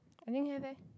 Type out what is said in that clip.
I think have eh